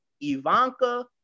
Ivanka